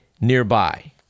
nearby